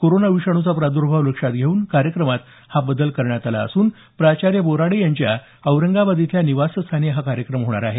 corona विषाणूचा प्राद्भांव लक्षात घेऊन कार्यक्रमात हा बदल करण्यात आला असून प्राचार्य बोराडे यांच्या औरंगाबाद इथल्या निवासस्थानी हा कार्यक्रम होणार आहे